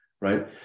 right